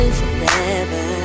forever